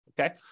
Okay